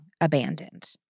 abandoned